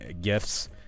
gifts